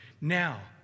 Now